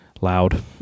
loud